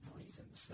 reasons